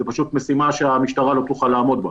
זו פשוט משימה שהמשטרה לא תוכל לעמוד בה.